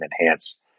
enhance